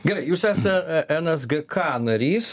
gerai jūs esate nsgk narys